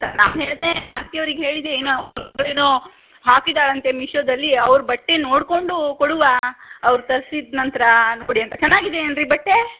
ನಾನು ಹೇಳಿದೆ ಆಂಟಿ ಅವ್ರಿಗೆ ಹೇಳಿದೆ ಏನೋ ಏನೋ ಹಾಕಿದ್ದಾಳಂತೆ ಮೀಶೊದಲ್ಲಿ ಅವ್ರ ಬಟ್ಟೆ ನೋಡಿಕೊಂಡು ಕೊಡುವ ಅವ್ರು ತರ್ಸಿದ ನಂತರ ನೋಡಿ ಅಂತ ಚೆನ್ನಾಗಿದೆ ಏನು ರೀ ಬಟ್ಟೆ